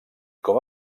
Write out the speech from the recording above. com